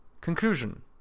Conclusion